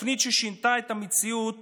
התפנית ששינתה את המציאות